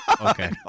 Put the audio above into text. okay